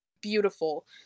beautiful